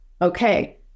Okay